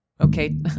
Okay